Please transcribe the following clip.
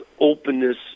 openness